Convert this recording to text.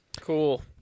Cool